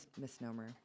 misnomer